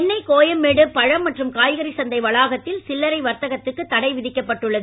சென்னை கோயம்பேடு பழம் மற்றும் காய்கறிச் சந்தை வளாகத்தில் சில்லறை வர்த்தகத்திற்கு தடை விதிக்கப்பட்டுள்ளது